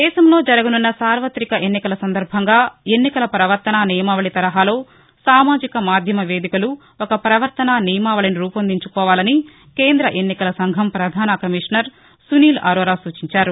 దేశంలో జరగనున్న సార్వతిక ఎన్నికల సందర్బంలో ఎన్నికల పవర్తనా నియమావళి తరహాలో సామాజిక మాధ్యమ వేదికలు ఒక పవర్తనా నియమావళిని రూపొందించాలని కేంద్ర ఎన్నికల సంఘం పధాన కమిషనర్ సునీల్ అరోరా సూచించారు